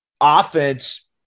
offense